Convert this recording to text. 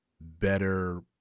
better